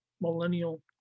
millennial